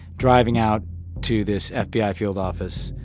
driving out to this fbi ah field office,